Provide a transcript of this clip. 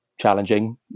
challenging